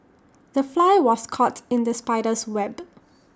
the fly was caught in the spider's web